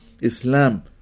Islam